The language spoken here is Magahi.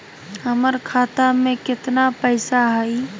हमर खाता मे केतना पैसा हई?